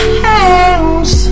hands